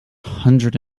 hundred